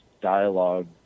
dialogue